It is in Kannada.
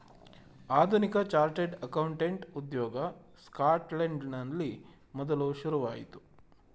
ಆಧುನಿಕ ಚಾರ್ಟೆಡ್ ಅಕೌಂಟೆಂಟ್ ಉದ್ಯೋಗ ಸ್ಕಾಟ್ಲೆಂಡಿನಲ್ಲಿ ಮೊದಲು ಶುರುವಾಯಿತು